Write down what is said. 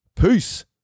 Peace